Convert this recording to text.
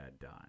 done